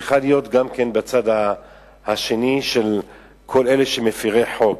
צריכה להיות גם כן בצד השני של כל אלה שהם מפירי חוק.